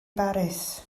baris